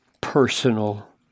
personal